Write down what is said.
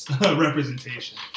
representation